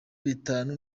bitanu